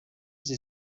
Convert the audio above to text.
sie